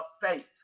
faith